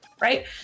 right